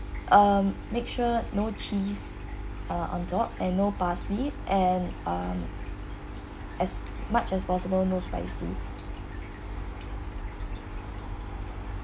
um make sure no cheese uh on top and no parsley and um as much as possible no spicy